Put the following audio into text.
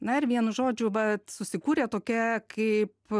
na ir vienu žodžiu vat susikūrė tokia kaip